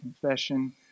confession